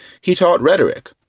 he taught rhetoric,